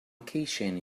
keychain